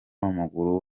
w’amaguru